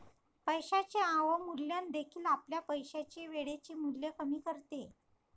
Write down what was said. पैशाचे अवमूल्यन देखील आपल्या पैशाचे वेळेचे मूल्य कमी करते